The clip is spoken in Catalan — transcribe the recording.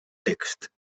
text